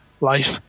life